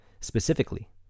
specifically